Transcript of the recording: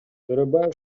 төрөбаев